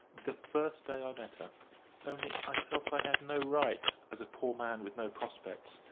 the first day i met her only i felt i had no right, as a poor man with no prospects,